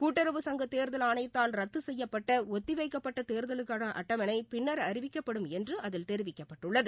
கூட்டுறவு சங்கக் கேர்கல் ஆணையத்தால் ரத்துசெய்யப்பட்ட ஒத்திவைக்கப்பட்டதேர்தலுக்கானஅட்டவணைபின்னர் அறிவிக்கப்படும் என்றுஅதில் தெரிவிக்கப்பட்டுள்ளது